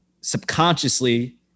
subconsciously